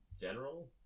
general